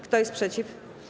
Kto jest przeciw?